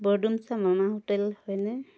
বৰডুমচা মামা হোটেল হয়নে